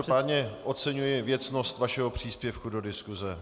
Každopádně oceňuji věcnost vašeho příspěvku do diskuse.